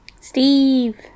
Steve